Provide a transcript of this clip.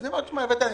אני אומר הבאת נתונים,